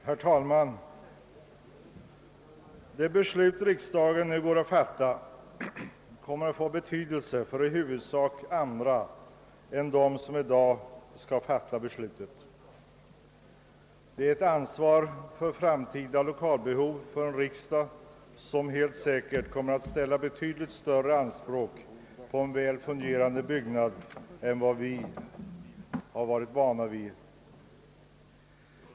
Herr talman! Det beslut riksdagen nu går att fatta kommer att få betydelse för i huvudsak andra än dem som i dag skall fatta beslutet. Det är ett ansvar för framtida lokalbehov för en riksdag som helt säkert kommer att ställa betydligt större anspråk på en väl fungerande byggnad än vad vi har varit vana vid.